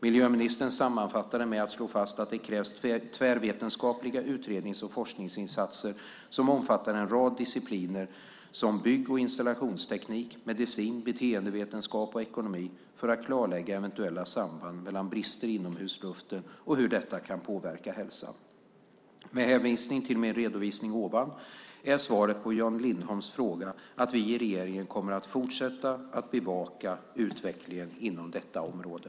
Miljöministern sammanfattade med att slå fast att det krävs tvärvetenskapliga utrednings och forskningsinsatser som omfattar en rad discipliner som bygg och installationsteknik, medicin, beteendevetenskap och ekonomi för att klarlägga eventuella samband mellan brister i inomhusluften och hur detta kan påverka hälsan. Med hänvisning till min redovisning i detta interpellationssvar är svaret på Jan Lindholms fråga att vi i regeringen kommer att fortsätta att bevaka utvecklingen inom detta område.